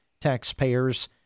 taxpayers